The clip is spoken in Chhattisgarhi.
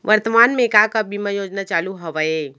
वर्तमान में का का बीमा योजना चालू हवये